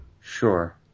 Sure